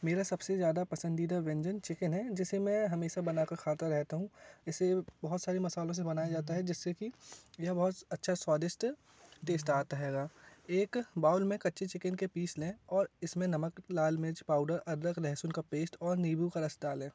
मेरा सबसे ज़्यादा पसंदीदा व्यंजन चिकेन है जिसे मैं हमेशा बनाकर खाता रहता हूँ इसे बहुत सारे मसालों से बनाया जाता है जिससे कि यह बहुत अच्छा स्वादिष्ट टेस्ट आता हेगा एक बाउल में कच्चे चिकेन के पीस लें और इसमें नमक लाल मिर्च पाउडर अदरक लेहसुन का पेस्ट और नींबू का रस डालें